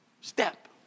step